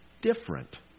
different